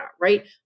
right